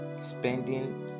Spending